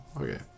Okay